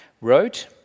wrote